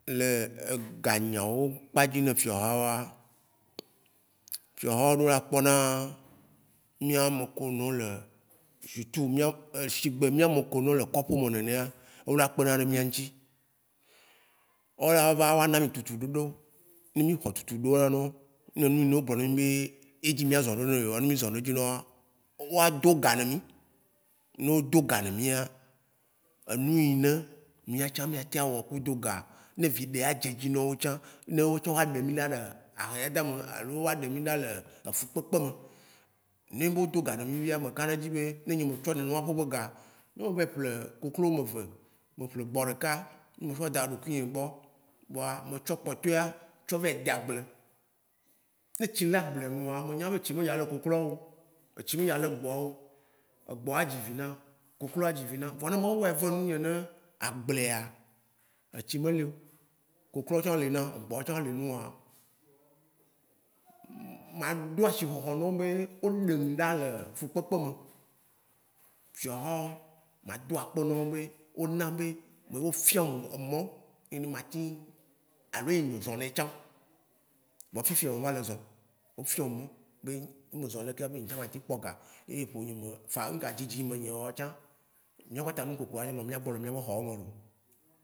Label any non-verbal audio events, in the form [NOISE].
Le ega nyea wo kpa dzi fiaha woa, fiaha wo ɖo la kpɔ na mía ame ko no le shutu mía- [HESITATION] shigbe mía ame ko no le kɔƒe me nenea, o ɖa kpeɖa ne mía ŋtsi. Ola ova wa mi tutu ɖuɖo. Ne mí hɔ tutu ɖo na no, ne nuine no gblɔ na mí be edzi mía zɔ̃ neno, ne mí zɔ̃ ɖo dzi yeoa wa do ga nɛ mí. Ne o do ga nɛ mía, enui ne mía tsã mía tɛn a wɔ kudo ga, ne evi ɖe ya dze dzi na wo tsã ne o tsã wa ɖe mí na le ahɛadame alo wa ɖe mí ɖa le efukpekpe me. Ne o be do ga ɖe nɛ mía me kaɖedzi be ne nye me tsɔ nene ma ƒe be ga ne me vɛ ƒle koklo me ve, me ƒle gbɔ̃ ɖeka ne me ƒe da ɖekui nye gbɔ kpɔa me tsɔ kpɔtɔea tsɔ vɛ da gble, ne etsi le gble me wa, me nya be etsi me dza le kokloa wo, etsi me dza le gbɔ̃ wo. Egbɔ̃a dzivi na, kokloa dzi vi na, vɔa ne mawu be ya venu nye ne agblea, etsi me leo, koklo tsã le na, egbɔ̃ tsã le nua [HESITATION] ma do ashihɔhɔ no be o ɖem ɖa le fukpekpe me. Fiɔhɔ̃, ma do akpe na wo be o na be o fiɔ̃m emɔ̃ enu matĩŋ a lo nye me zɔnɛ tsã, vɔ fifia me va le zɔ̃. O fiɔm be ne me zɔ̃ lekea ŋtsã ma te kpɔ gã ye eƒo nye me fa-ŋka dzizdi me nye meo wa tsã mía kpata ŋukoko a nɔ mía gbɔ le mía be hɔ wo me lo.